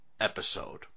episode